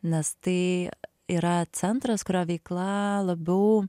nes tai yra centras kurio veikla labiau